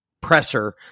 presser